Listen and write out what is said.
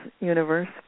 universe